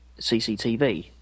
cctv